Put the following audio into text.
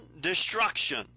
destruction